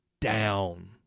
down